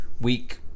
week